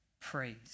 praise